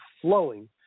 flowing